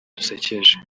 dusekeje